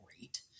great